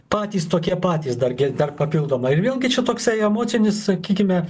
patys tokie patys dar ge dar papildomai ir vėlgi čia toksai emocinis sakykime